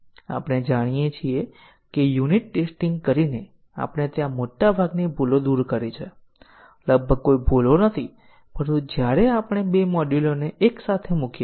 હવે આપણે જે ચર્ચા કરી તેના આધારે આપણે DU સાંકળ વ્યાખ્યાયિત કરી શકીએ છીએ